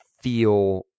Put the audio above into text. feel